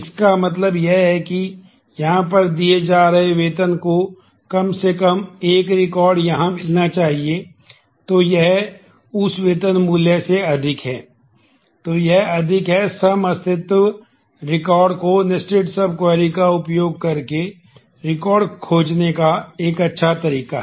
एक और क्लॉज खोजने का एक अच्छा तरीका है